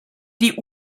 die